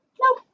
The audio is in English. Nope